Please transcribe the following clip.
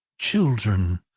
children.